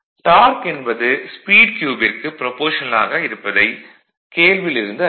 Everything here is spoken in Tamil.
டார்க் என்பது ஸ்பீட் க்யூபிற்கு ப்ரபோஷனலாக இருப்பதை கேள்வியில் இருந்து அறிகிறோம்